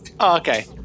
okay